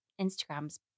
Instagrams